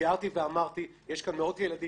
תיארתי ואמרתי שיש כאן מאות ילדים,